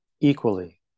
equally